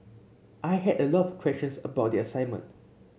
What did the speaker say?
I had a lot of questions about the assignment